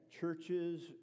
churches